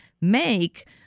make